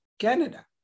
Canada